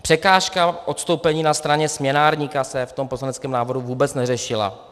Překážka odstoupení na straně směnárníka se v tom poslaneckém návrhu vůbec neřešila.